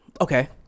okay